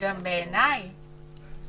להצבעה את הנוסח,